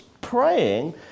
praying